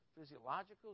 physiological